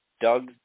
Doug